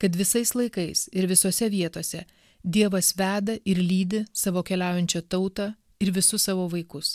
kad visais laikais ir visose vietose dievas veda ir lydi savo keliaujančią tautą ir visus savo vaikus